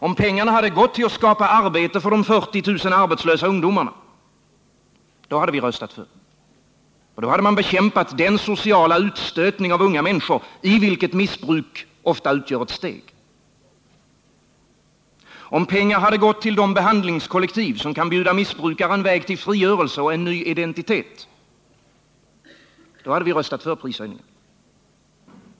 Om pengarna hade gått till att skapa arbete för de 40000 arbetslösa ungdomarna — då hade vi röstat för. Då hade man bekämpat den sociala utstötning av unga människor i vilken missbruk ofta utgör ett steg. Om pengarna gått till de behandlingskollektiv som kan bjuda missbrukare en väg till frigörelse och ny identitet — då hade vi röstat för prishöjningarna.